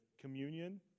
communion